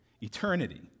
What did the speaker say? eternity